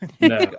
no